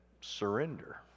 surrender